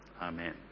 amen